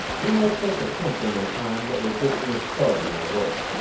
you might think of something in time that will give me a start in my work.